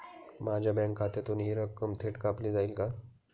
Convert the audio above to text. माझ्या बँक खात्यातून हि रक्कम थेट कापली जाईल का?